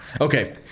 Okay